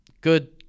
good